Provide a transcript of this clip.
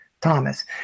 Thomas